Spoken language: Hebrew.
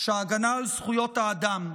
שהגנה על זכויות האדם,